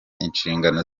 inshingano